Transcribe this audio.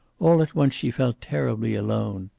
all at once she felt terribly alone.